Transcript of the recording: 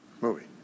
movie